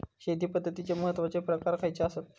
शेती पद्धतीचे महत्वाचे प्रकार खयचे आसत?